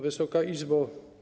Wysoka Izbo!